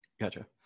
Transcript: Gotcha